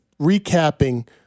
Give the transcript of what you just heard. recapping